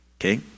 okay